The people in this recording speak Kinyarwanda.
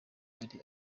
yari